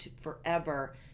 forever